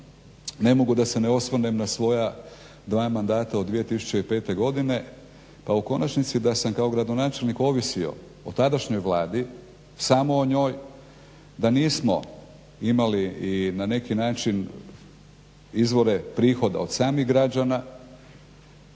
ne mogu da se ne osvrnem na svoja dva mandata od 2005. Godine, pa u konačnici da sam kao gradonačelnik ovisio o tadašnjih Vladi, samo o njoj, da nismo imali i na neki način izvore prihoda od samih građana,